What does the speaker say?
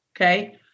Okay